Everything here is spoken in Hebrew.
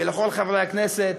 ולכל חברי הכנסת,